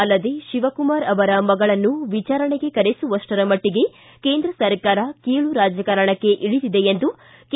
ಅಲ್ಲದೇ ಶಿವಕುಮಾರ್ ಅವರ ಮಗಳನ್ನೂ ವಿಚಾರಣೆಗೆ ಕರೆಸುವಷ್ಟರ ಮಟ್ಟಿಗೆ ಕೇಂದ್ರ ಸರ್ಕಾರ ಕೀಳು ರಾಜಕಾರಣಕ್ಕೆ ಇಳಿದಿದೆ ಎಂದು ಕೆ